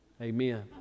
Amen